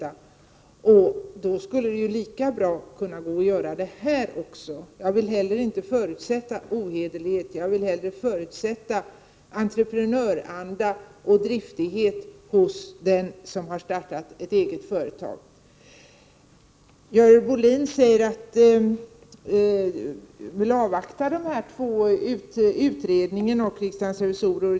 I så fall skulle det gå lika bra att göra det också här. Jag vill inte heller förutsätta ohederlighet — jag vill hellre förutsätta entreprenörsanda och driftighet hos den som har startat ett eget företag. Görel Bohlin vill avvakta resultatet av utredningen och riksdagens revisorers granskning.